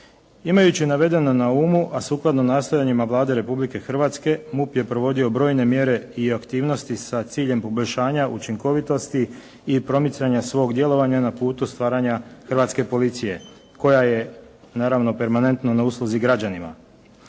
Imajući navedeno na umu, a sukladno nastojanjima Vlade Republike Hrvatske MUP je provodio brojne mjere i aktivnosti sa ciljem poboljšanja učinkovitosti i promicanja svog djelovanja na putu stvaranja hrvatske policije koja je naravno permanentno na usluzi građanima.